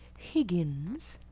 higgins?